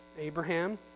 Abraham